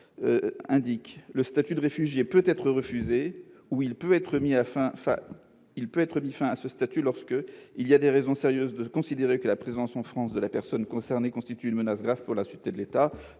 :« Le statut de réfugié peut être refusé ou il peut être mis fin à ce statut lorsque :« 1° Il y a des raisons sérieuses de considérer que la présence en France de la personne concernée constitue une menace grave pour la sûreté de l'État